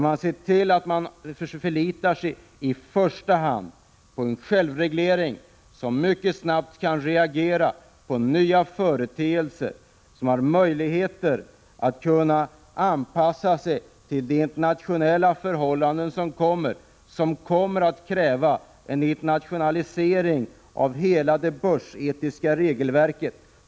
Man förlitar sig där i första hand på en självreglering, som mycket snabbt kan reagera på nya företeelser. Det innebär möjligheter att anpassa sig till de internationella förhållanden som kommer att kräva en internationalisering av hela det börsetiska regelverket.